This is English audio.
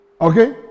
Okay